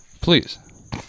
please